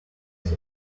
that